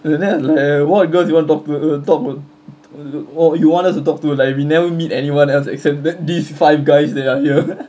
then I was like what girls you want talk to talk what you want us to talk to like we never meet anyone else except that these five guys that are here